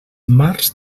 març